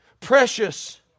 precious